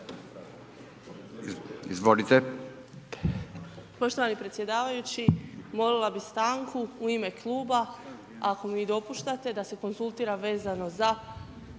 Izvolite.